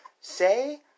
Say